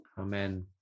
amen